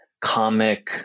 comic